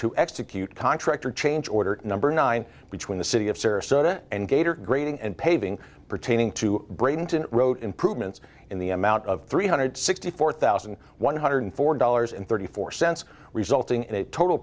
to execute contractor change order number nine between the city of sarasota and gator grading and paving pertaining to breynton wrote improvements in the amount of three hundred sixty four thousand one hundred four dollars and thirty four cents resulting